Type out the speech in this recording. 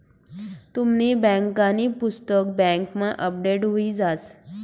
तुमनी बँकांनी पुस्तक बँकमा अपडेट हुई जास